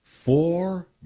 Four